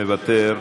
מוותר,